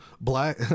black